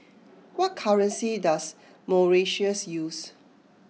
what currency does Mauritius use